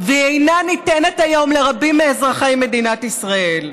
והיא אינה ניתנת היום לרבים מאזרחי מדינת ישראל.